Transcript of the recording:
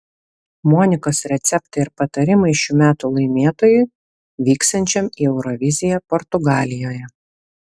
monikos receptai ir patarimai šių metų laimėtojui vyksiančiam į euroviziją portugalijoje